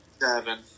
Seven